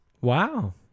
wow